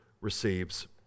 receives